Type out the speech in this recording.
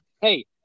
hey